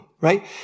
right